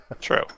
True